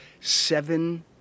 seven